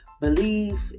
believe